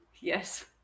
Yes